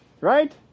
right